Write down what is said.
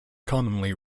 commonly